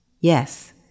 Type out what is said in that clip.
Yes